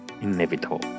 inevitable